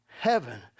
heaven